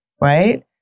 Right